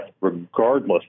regardless